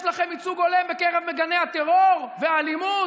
יש לכם ייצוג הולם בקרב מגני הטרור והאלימות?